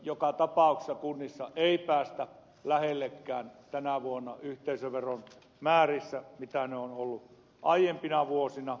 joka tapauksessa kunnissa ei päästä lähellekään tänä vuonna yhteisöveron määrissä sitä mitä ne ovat olleet aiempina vuosina